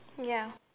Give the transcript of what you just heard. ya